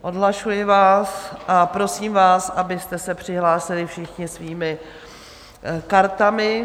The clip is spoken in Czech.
Odhlašuji vás a prosím vás, abyste se přihlásili všichni svými kartami.